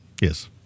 Yes